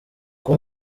uko